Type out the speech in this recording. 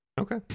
okay